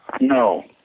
No